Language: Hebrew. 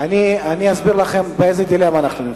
אני אסביר לכם באיזה דילמה אנחנו נמצאים.